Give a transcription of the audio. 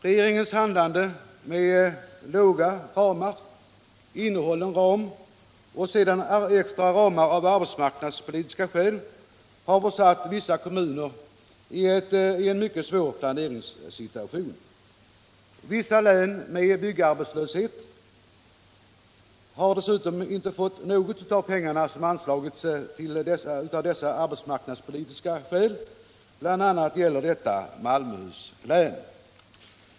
Regeringens handlande med trånga ramar, innehållen ram och sedan extra ramar av arbetsmarknadspolitiska skäl har försatt vissa kommuner i en mycket svår planeringssituation. Vissa län med byggarbetslöshet har dessutom inte fått något med av de pengar som anslagits av arbetsmarknadspolitiska skäl. Detta gäller bl.a. för Malmöhus län.